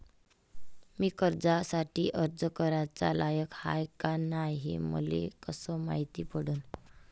मी कर्जासाठी अर्ज कराचा लायक हाय का नाय हे मले कसं मायती पडन?